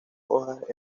hojas